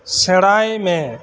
ᱥᱮᱬᱟᱭ ᱢᱮ